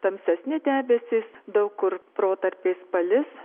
tamsesni debesys daug kur protarpiais palis